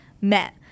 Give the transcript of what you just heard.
met